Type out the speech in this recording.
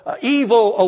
evil